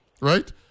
right